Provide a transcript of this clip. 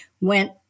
went